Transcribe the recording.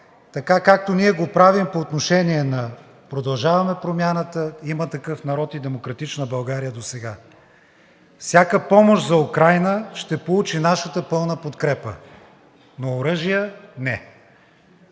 така както го правим по отношение на „Продължаваме Промяната“, „Има такъв народ“ и „Демократична България“ досега. Всяка помощ за Украйна ще получи нашата пълна подкрепа, но оръжия – не.